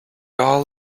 all